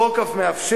החוק אף מאפשר,